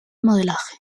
modelaje